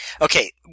Okay